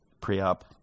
pre-op